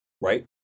right